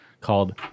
called